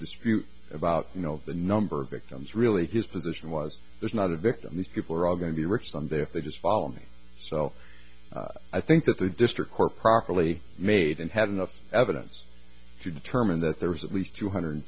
dispute about you know the number of victims really his position was there's not a victim these people are all going to be rich someday if they just follow me so i think that the district court properly made and had enough evidence to determine that there was at least two hundred